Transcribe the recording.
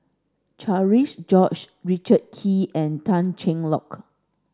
Cherian George Richard Kee and Tan Cheng Lock